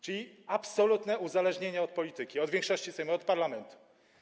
Czyli mamy absolutne uzależnienie od polityki, od większości sejmowej, od parlamentu.